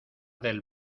del